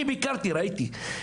אני ביקרתי, ראיתי.